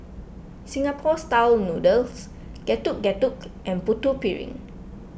Singapore Style Noodles Getuk Getuk and Putu Piring